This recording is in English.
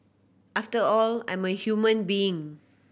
after all I'm a human being